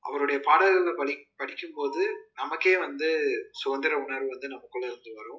அவருடைய பாடல்களை படி படிக்கும்போது நமக்கே வந்து சுதந்தர உணர்வு வந்து நமக்குள்ளே இருந்து வரும்